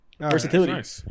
Versatility